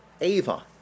Ava